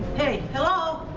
hey. hello!